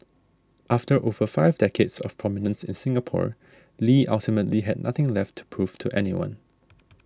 after over five decades of prominence in Singapore Lee ultimately had nothing left to prove to anyone